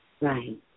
Right